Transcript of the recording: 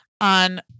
on